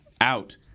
Out